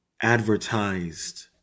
advertised